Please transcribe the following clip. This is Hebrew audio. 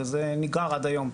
וזה נגרר עד היום.